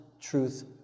truth